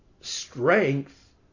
strength